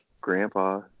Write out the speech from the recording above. grandpa